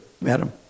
madam